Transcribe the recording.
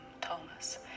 Thomas